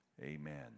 Amen